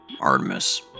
Artemis